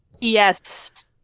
yes